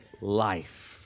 life